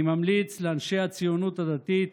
אני ממליץ לאנשי הציונות הדתית